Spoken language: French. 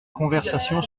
conversation